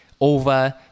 over